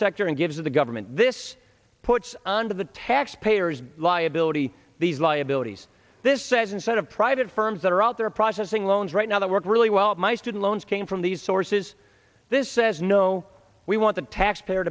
sector and gives the government this puts on to the taxpayers liability these liabilities this says instead of private firms that are out there processing loans right now that work really well my student loans came from these sources this says no we want the taxpayer